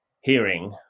hearing